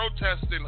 protesting